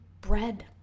bread